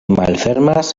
malfermas